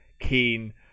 keen